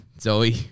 Zoe